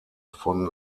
von